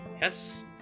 Yes